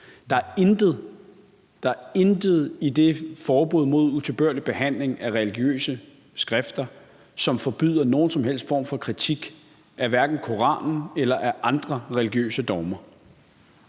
der er intet! – i det forbud mod utilbørlig behandling af religiøse skrifter, som forbyder nogen som helst form for kritik af hverken Koranen eller af andre religiøse dogmer.